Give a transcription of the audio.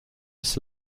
des